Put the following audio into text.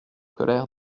colère